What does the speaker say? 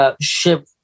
ship